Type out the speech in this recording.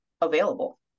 available